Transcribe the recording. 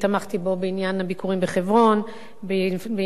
תמכתי בו בעניין הביקורים בחברון ובעניין